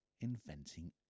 inventing